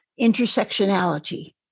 intersectionality